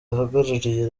uhagarariye